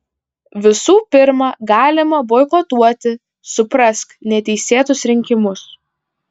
visų pirma galima boikotuoti suprask neteisėtus rinkimus